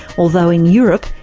although in europe,